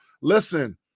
listen